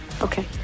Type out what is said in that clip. Okay